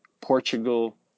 Portugal